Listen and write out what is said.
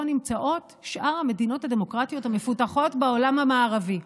נמצאות שאר המדינות הדמוקרטיות המפותחות בעולם המערבי.